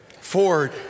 Ford